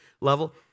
level